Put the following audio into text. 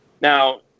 now